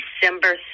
December